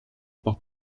par